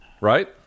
Right